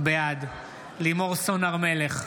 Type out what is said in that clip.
בעד לימור סון הר מלך,